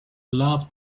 love